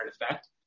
effect